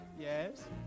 Yes